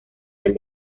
del